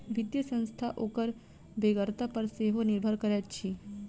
वित्तीय संस्था ओकर बेगरता पर सेहो निर्भर करैत अछि